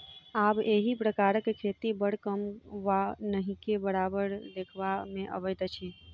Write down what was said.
आब एहि प्रकारक खेती बड़ कम वा नहिके बराबर देखबा मे अबैत अछि